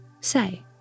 say